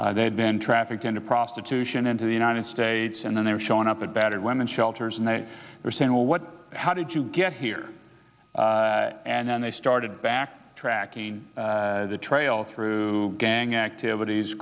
they've been trafficked into prostitution into the united states and then they're showing up at battered women's shelters and they're saying well what how did you get here and then they started back tracking the trail through gang activities